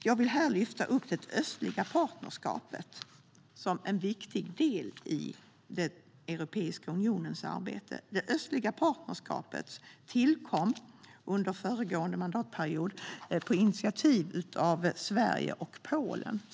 Jag vill här lyfta fram det östliga partnerskapet som en viktig del i Europeiska unionens arbete. Det östliga partnerskapet tillkom under föregående mandatperiod på initiativ av Sverige och Polen.